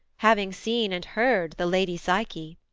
having seen and heard the lady psyche